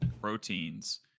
proteins